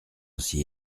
aussi